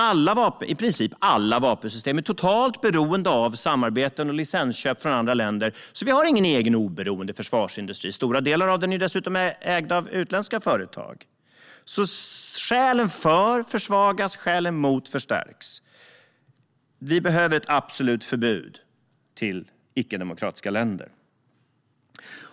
I princip alla vapensystem är totalt beroende av samarbeten och licensköp från andra länder, så vi har ingen egen, oberoende försvarsindustri. Stora delar av den är dessutom ägd av utländska företag. Skälen för försvagas alltså, och skälen emot förstärks. Vi behöver ett absolut förbud för export till icke-demokratiska länder.